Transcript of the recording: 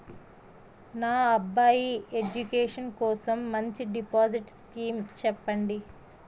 నా అబ్బాయి ఎడ్యుకేషన్ కోసం మంచి డిపాజిట్ స్కీం చెప్పండి